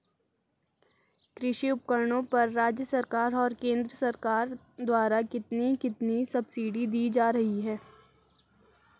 कृषि उपकरणों पर राज्य सरकार और केंद्र सरकार द्वारा कितनी कितनी सब्सिडी दी जा रही है?